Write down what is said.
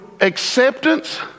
acceptance